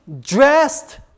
dressed